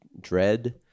Dread